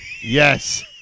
Yes